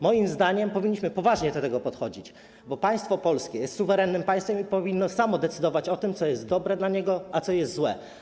Moim zdaniem powinniśmy poważnie do tego podchodzić, bo państwo polskie jest suwerennym państwem i powinno samo decydować o tym, co jest dla niego dobre, a co jest złe.